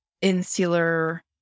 insular